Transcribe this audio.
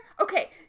Okay